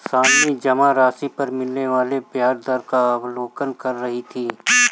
शालिनी जमा राशि पर मिलने वाले ब्याज दर का अवलोकन कर रही थी